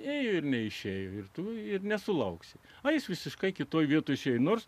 ėjo ir neišėjo ir tu ir nesulauksi o jis visiškai kitoje vietoj išėjo nors